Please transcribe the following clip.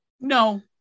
no